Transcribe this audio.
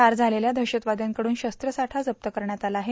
ठार झालेल्या दहशतवाद्यांकडून शस्त्रसाठा जस्त करण्यात आला आहे